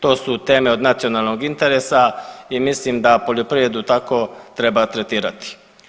To su teme od nacionalnog interesa i mislim da poljoprivredu tako treba tretirati.